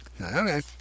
okay